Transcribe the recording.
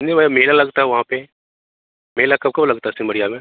सुना है मेला लगता है वहाँ पर मेला कब कब लगता है सिमरिया में